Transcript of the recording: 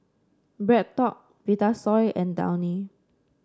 BreadTalk Vitasoy and Downy